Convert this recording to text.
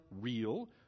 real